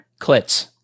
Clits